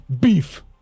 beef